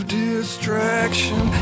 distraction